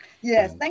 yes